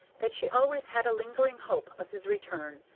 that she always had a lingering hope of his return,